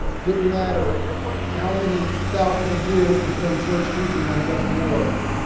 didn't matter how many thousands of years there's been church teaching on just war.